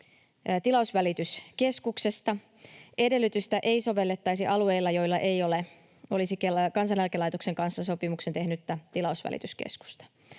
tilausvälityskeskuksesta. Edellytystä ei sovellettaisi alueilla, joilla ei olisi Kansaneläkelaitoksen kanssa sopimuksen tehnyttä tilausvälityskeskusta.